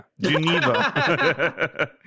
Geneva